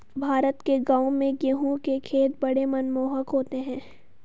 भारत के गांवों में गेहूं के खेत बड़े मनमोहक होते हैं